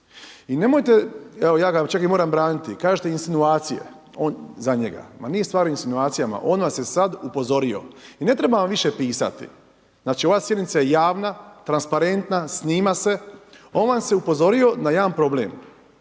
I nemojte, evo ja ga čak moram braniti, kažete insinuacije, za njega, ma nije stvar u insinuacijama, on vas je sada upozorio i ne treba vam više pisati. Ova sjednica je javna, transparentna, snima se, on vas je upozorio na jedan problem,